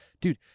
Dude